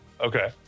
Okay